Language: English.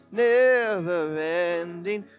never-ending